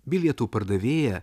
bilietų pardavėja